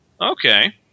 okay